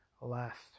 last